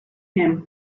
him